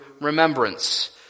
remembrance